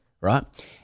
Right